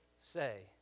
say